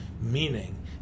Meaning